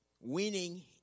winning